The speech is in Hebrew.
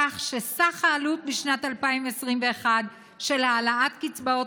כך שסך העלות בשנת 2021 של העלאת קצבאות